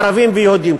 ערבים ויהודים.